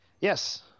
Yes